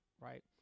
right